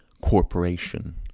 corporation